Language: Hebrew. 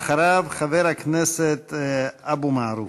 אחריו, חבר הכנסת אבו מערוף.